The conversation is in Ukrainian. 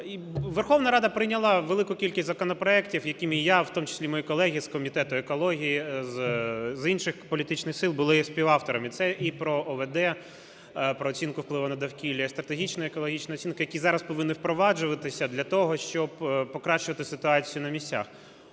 Верховна Рада прийняла велику кількість законопроектів, яких я, в тому числі мої колеги з комітету екології, з інших політичних сил були співавторами, це і про ОВД – про оцінку впливу на довкілля, стратегічно-екологічна оцінка, які зараз повинні впроваджуватися для того, щоб покращувати ситуацію на місцях.